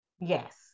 Yes